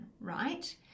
right